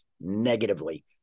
negatively